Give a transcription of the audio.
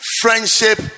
Friendship